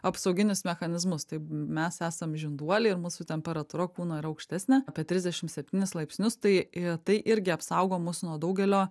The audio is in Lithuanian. apsauginius mechanizmus taip mes esam žinduoliai ir mūsų temperatūra kūno yra aukštesnė apie trisdešim septynis laipsnius tai į tai irgi apsaugo mus nuo daugelio